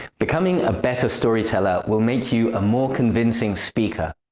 becoming a better storyteller will make you a more convincing speaker.